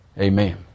amen